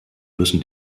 müssen